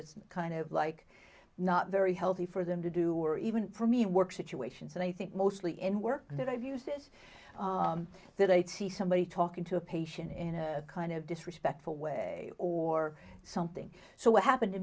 that kind of like not very healthy for them to do or even for me work situations and i think mostly in work that i've used this today to see somebody talking to a patient in a kind of disrespectful way or something so what happened to